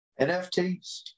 NFTs